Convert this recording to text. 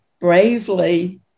bravely